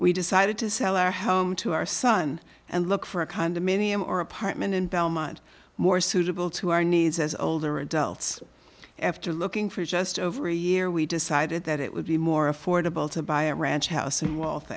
we decided to sell our home to our son and look for a condominium or apartment in belmont more suitable to our needs as older adults after looking for just over a year we decided that it would be more affordable to buy a ranch house and wealth